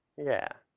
yeah.